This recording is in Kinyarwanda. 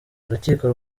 urukiko